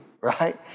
right